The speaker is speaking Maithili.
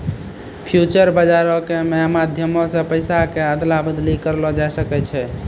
फ्यूचर बजारो के मे माध्यमो से पैसा के अदला बदली करलो जाय सकै छै